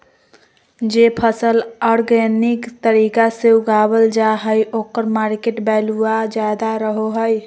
जे फसल ऑर्गेनिक तरीका से उगावल जा हइ ओकर मार्केट वैल्यूआ ज्यादा रहो हइ